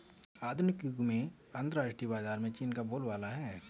आधुनिक युग में अंतरराष्ट्रीय व्यापार में चीन का बोलबाला है